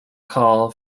call